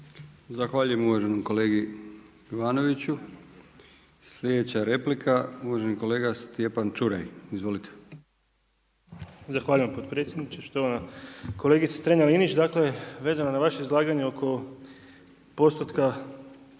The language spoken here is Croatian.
Zahvaljujem uvaženom kolegi Jovanoviću. Sljedeća replika uvaženi kolega Stjepan Čuraj. Izvolite. **Čuraj, Stjepan (HNS)** Zahvaljujem potpredsjedniče. Štovana kolegice Strenja-Linić. Dakle vezano na vaše izlaganje oko postotka